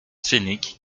scéniques